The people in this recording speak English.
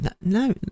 No